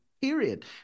period